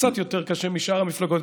קצת יותר קשה משאר המפלגות,